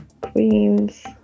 Queens